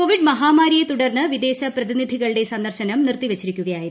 Covid മഹാമാരിയെ തുടർന്ന് വിദേശ പ്രതിനിധികളുടെ സന്ദർശനം നിർത്തിവച്ചിരിക്കുകയായിരുന്നു